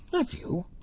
have you?